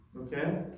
Okay